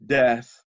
death